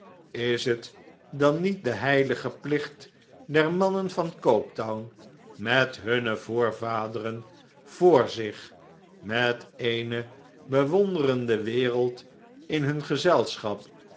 is het dan niet de heilige plicht der mannen van coketown met hunne voorvaderen voor zich met eene bewonderende wereld in hun gezelschap